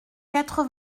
quatre